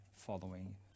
following